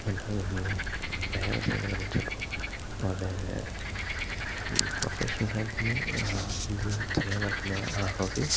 അതുകൊണ്ടാ നമ്മൾ വേറെ ചെയ്യുന്നത് നമ്മൾ ചിലപ്പം ഒരേ പ്രൊഫഷണലായിട്ട് ഇത് ചെയ്യാൻ പറ്റുന്ന ആളോട്